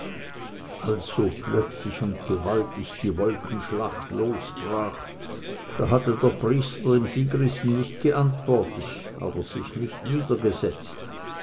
als so plötzlich und gewaltig die wolkenschlacht losbrach da hatte der priester dem sigristen nicht geantwortet aber sich nicht